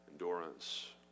endurance